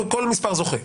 כל מספר זוכה.